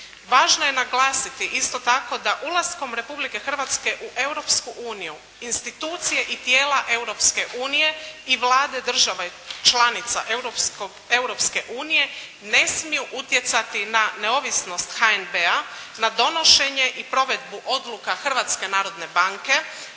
Važno je naglasiti isto tako da ulaskom Republike Hrvatske u Europsku uniju institucije i tijela Europske unije i vlade država članica Europske unije ne smiju utjecati na neovisnost HNB-a na donošenje i odluka